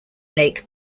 lake